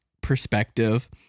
perspective